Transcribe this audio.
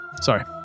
sorry